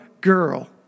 girl